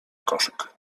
koszyk